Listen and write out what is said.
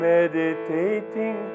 Meditating